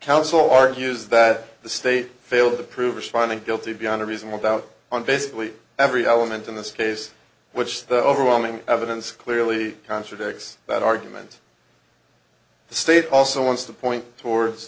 counsel argues that the state failed to prove its finding guilty beyond a reasonable doubt on basically every element in this case which the overwhelming evidence clearly contradicts that argument the state also wants to point towards